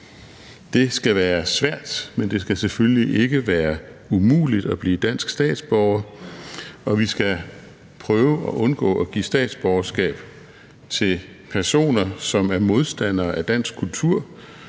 Det skal være svært, men det skal selvfølgelig ikke være umuligt at blive dansk statsborger, og vi skal prøve at undgå at give statsborgerskab til personer, som er modstandere af dansk kultur